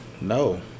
No